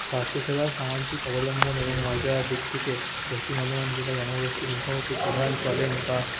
স্বাস্থ্যসেবা সামাজিক অবলম্বন এবং মর্যাদার দিক থেকে পশ্চিম বর্ধমান জেলার জনগোষ্ঠীর মুখোমুখি প্রধান চ্যলেঞ্জ বা